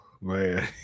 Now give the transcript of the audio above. man